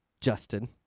justin